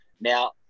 Now